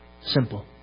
Simple